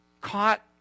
Caught